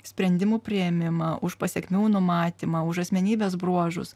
sprendimų priėmimą už pasekmių numatymą už asmenybės bruožus